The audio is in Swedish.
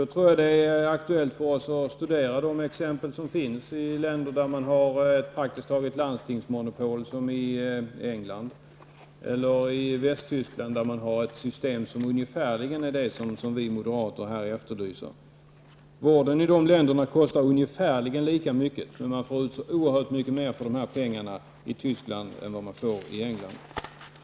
Då tror jag att det för oss är aktuellt att studera de exempel som finns att hämta i länder där man i praktiken har ''landstingsmonopol'', som i England, eller i Västtyskland, där man har ett system som är ungefär som det som vi moderater efterlyser. Vården i dessa länder kostar ungefär lika mycket, men man får så oerhört mycket mer för pengarna i Tyskland än vad man får i England.